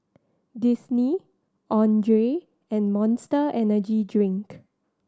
Disney Andre and Monster Energy Drink